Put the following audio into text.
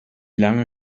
lange